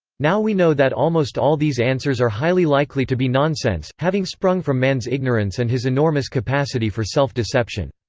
now we know that almost all these answers are highly likely to be nonsense, having sprung from man's ignorance and his enormous capacity for self-deception.